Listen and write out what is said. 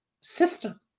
system